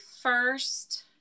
first